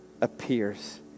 appears